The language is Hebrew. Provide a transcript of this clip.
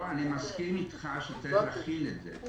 אני מסכים אתך שצריך להכין את זה.